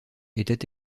était